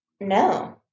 No